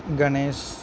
Ganesh